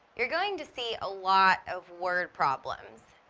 you're going to see a lot of word problems.